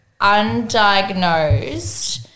undiagnosed